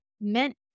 meant